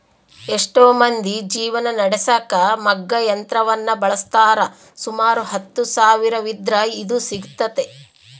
ಎಷ್ಟೊ ಮಂದಿ ಜೀವನ ನಡೆಸಕ ಮಗ್ಗ ಯಂತ್ರವನ್ನ ಬಳಸ್ತಾರ, ಸುಮಾರು ಹತ್ತು ಸಾವಿರವಿದ್ರ ಇದು ಸಿಗ್ತತೆ